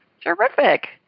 Terrific